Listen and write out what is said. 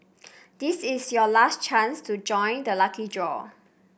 this is your last chance to join the lucky draw